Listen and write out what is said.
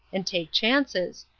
and take chances,